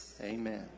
Amen